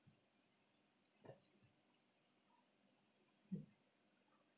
mm